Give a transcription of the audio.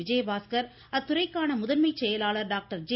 விஜயபாஸ்கர் அத்துறைக்கான முதன்மை செயலாளர் டாக்டர் ஜே